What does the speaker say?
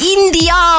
India